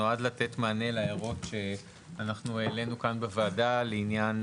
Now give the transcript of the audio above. נועד לתת מענה להערות שאנחנו העלינו כאן בוועדה לעניין